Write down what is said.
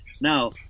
Now